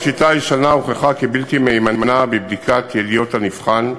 השיטה הישנה הוכחה כבלתי מהימנה בבדיקת ידיעות הנבחן,